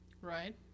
Right